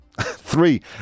Three